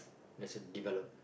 lesser developed